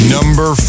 Number